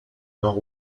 nord